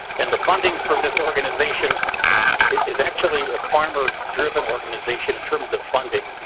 and the funding for this organization is actually a former driven organization in terms of funding.